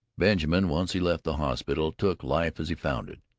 benjamin, once he left the hospital, took life as he found it.